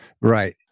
Right